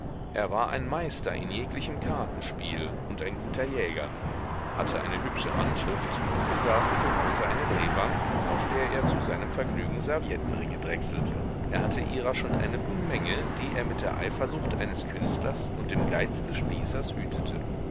er war ein meister in jeglichem kartenspiel und ein guter jäger hatte eine hübsche handschrift und besaß zu hause eine drehbank auf der er zu seinem vergnügen serviettenringe drechselte er hatte ihrer schon eine unmenge die er mit der eifersucht eines künstlers und dem geiz des spießers hütete